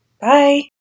Bye